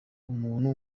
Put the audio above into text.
umuntu